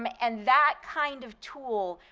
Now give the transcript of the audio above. um and that kind of tool,